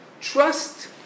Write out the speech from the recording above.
Trust